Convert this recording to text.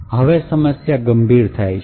હવે સમસ્યા ગંભીર થાય છે